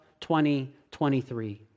2023